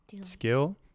skill